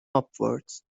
upwards